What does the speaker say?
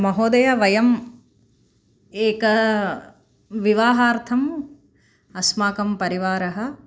महोदय वयम् एक विवाहार्थम् अस्माकं परिवारः